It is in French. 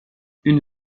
une